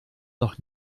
noch